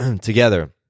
together